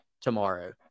tomorrow